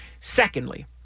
Secondly